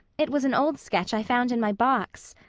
it was an old sketch i found in my box.